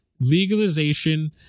legalization